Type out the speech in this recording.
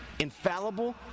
Infallible